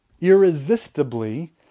irresistibly